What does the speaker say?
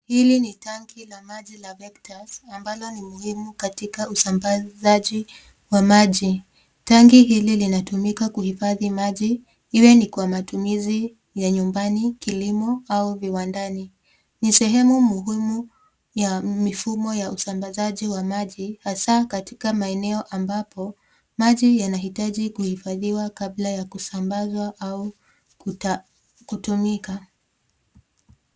Hili ni tanki la maji la Vectors ambalo ni muhimu katika usambazaji wa maji. Tanki hili linatumika kuhifadhi maji iwe ni kwa matumizi ya nyumbani, kilimo au viwandani. Ni sehemu muhimu ya mifumo ya usambazaji wa maji hasa katika maeneo ambapo maji yanahitaji kuhifadhiwa kabla ya kusambazwa au kuta- kutumika.